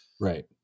right